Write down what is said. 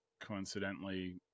coincidentally